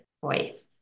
voice